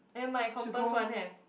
never mind Compass-One have